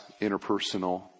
interpersonal